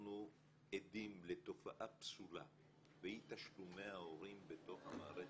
אנחנו עדים לתופעה פסולה באי תשלומי ההורים בתוך המערכת.